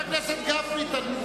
אבל,